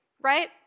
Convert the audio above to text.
Right